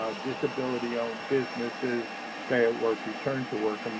um disability-owned businesses, stay at work return to work,